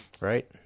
right